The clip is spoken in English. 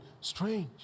Strange